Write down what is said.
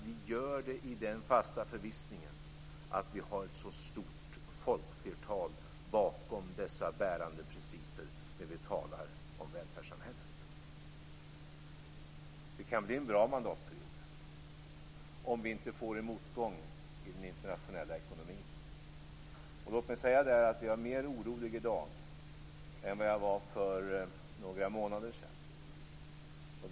Vi gör det i den fasta förvissningen att vi har ett stort folkflertal bakom dessa bärande principer när vi talar om välfärdssamhället. Det kan bli en bra mandatperiod om vi inte får en motgång i den internationella ekonomin. Låt mig säga att jag är mer orolig i dag än vad jag var för några månader sedan.